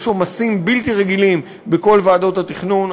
יש עומסים בלתי רגילים בכל ועדות התכנון,